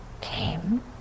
came